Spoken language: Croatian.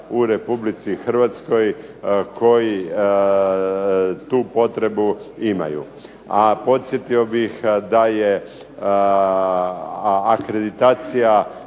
u Republici Hrvatskoj koji tu potrebu imaju. A podsjetio bih da je akreditacija